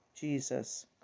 Jesus